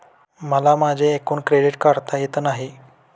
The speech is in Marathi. मला माझे एकूण क्रेडिट काढता येत नाही